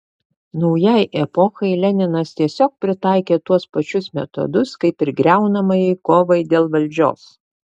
naujai epochai leninas tiesiog pritaikė tuos pačius metodus kaip ir griaunamajai kovai dėl valdžios